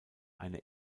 eine